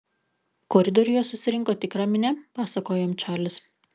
koridoriuje susirinko tikra minia pasakojo jam čarlis